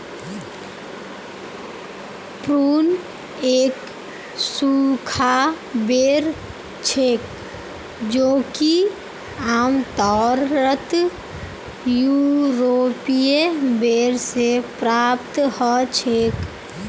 prune एक सूखा बेर छेक जो कि आमतौरत यूरोपीय बेर से प्राप्त हछेक